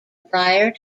prior